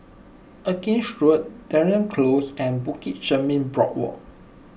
Erskine Road Dunearn Close and Bukit Chermin Boardwalk